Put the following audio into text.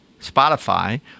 Spotify